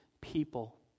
people